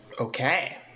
Okay